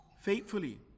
faithfully